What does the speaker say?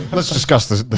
and let's discuss this.